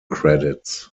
credits